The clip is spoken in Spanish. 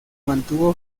mantuvo